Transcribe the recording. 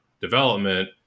development